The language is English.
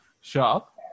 shop